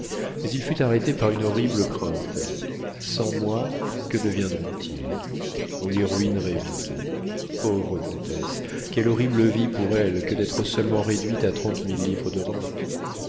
mais il fut arrêté par une horrible crainte sans moi que deviendront ils on les ruinerait bientôt pauvre comtesse quelle horrible vie pour elle que d'être seulement réduite à trente mille livres de rentes